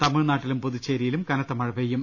തമിഴ്നാ ട്ടിലും പുതുച്ചേരിയിലും കനത്തമഴ പെയ്യും